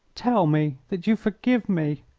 tell me that you forgive me!